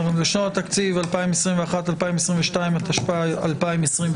התקציב 2021 ו-2022), התשפ"א-2021.